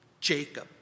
Jacob